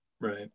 Right